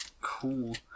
Cool